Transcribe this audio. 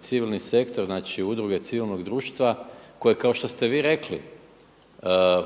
civilni sektor, znači udruge civilnog društva koje kao što ste vi rekli